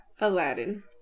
Aladdin